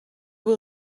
will